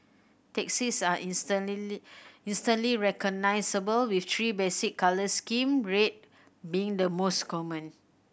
taxis are instantly recognisable with three basic colour scheme red being the most common